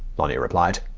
lonnie replied.